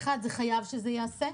אחת, זה חייב שזה ייעשה,